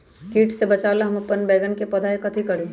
किट से बचावला हम अपन बैंगन के पौधा के कथी करू?